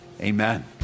Amen